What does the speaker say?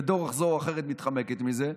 בדרך זו או אחרת מתחמקת מזה.